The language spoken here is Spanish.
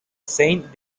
saint